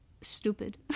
stupid